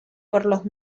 por